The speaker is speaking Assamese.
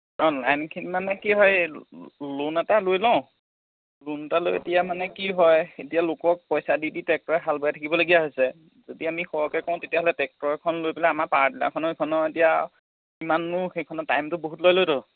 লাইনখিনি মানে কি হয় লোন এটা লৈ লওঁ লোন এটা লৈ এতিয়া মানে কি হয় এতিয়া লোকক পইচা দি দি টেক্টৰে হাল বাই থাকিবলগীয়া হৈছে যদি আমি সৰহকে কৰোঁ তেতিয়া হ'লে টেক্টৰ এখন লৈ পেলাই আমাৰ পাৱাৰ টিলাৰখনও এইখনো এতিয়া সিমানো সেইখনে টাইমটো বহুত লৈ লয়তো